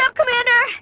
um commander!